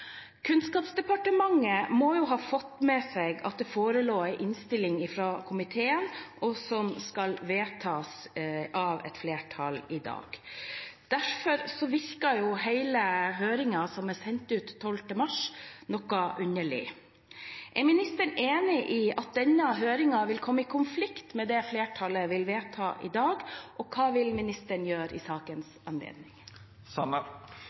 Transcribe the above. Kunnskapsdepartementet må jo ha fått med seg at det forelå en innstilling fra komiteen, og som skal vedtas av et flertall i dag. Derfor virker hele høringen som er sendt ut 12. mars, noe underlig. Er ministeren enig i at denne høringen vil komme i konflikt med det flertallet vil vedta i dag? Og hva vil ministeren gjøre i